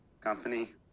company